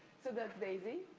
so, that's daisy,